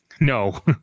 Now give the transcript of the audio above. no